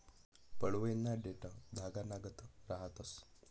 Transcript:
पडवयना देठं धागानागत रहातंस